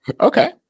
okay